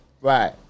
Right